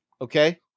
okay